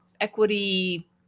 equity